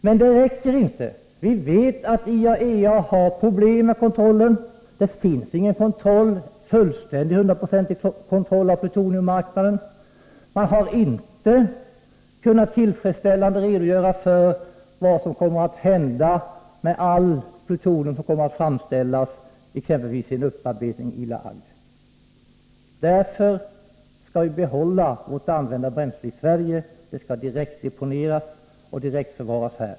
Men det räcker inte. Vi vet att IAEA har problem med kontrollen. Det finns ingen fullständig, hundraprocentig kontroll av plutoniummarknaden. Man har inte kunnat tillfredsställande redogöra för vad som kommer att hända med allt plutonium som kommer att framställas exempelvis i La Hague. Därför skall vi behålla vårt använda bränsle i Sverige. Det skall direkt deponeras och förvaras här.